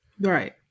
Right